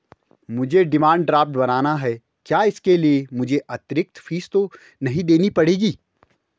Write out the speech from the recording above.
मुझे demand draft बनाना है क्या इसके लिए मुझे अतिरिक्त फीस तो नहीं देनी पड़ेगी?